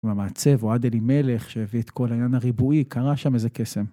והמעצב אוהד אלימלך שהביא את כל העניין הריבועי, קרה שם איזה קסם.